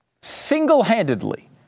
single-handedly